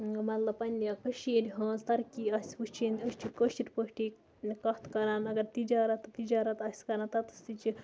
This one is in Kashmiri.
مطلب پنٛنہِ کٔشیٖرِ ہٕنٛز ترقی آسہِ وٕچھِنۍ أسۍ چھِ کٲشِر پٲٹھی کَتھ کَران اَگر تِجارت تِجارَت آسہِ کَران تَتَس تہِ چھِ